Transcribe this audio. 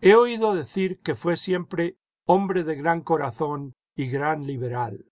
he oído decir que fué siempre hombre de gran corazón y gran liberal